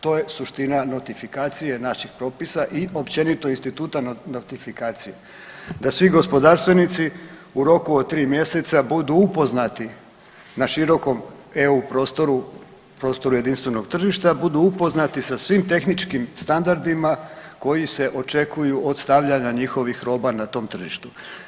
To je suština notifikacije naših propisa i općenito instituta notifikacije da svi gospodarstvenici u roku od 3 mjeseca budu upoznati na širokom EU prostoru, prostoru jedinstvenog tržišta budu upoznati sa svim tehničkim standardima koji se očekuju od stavljanja njihovih roba na tom tržištu.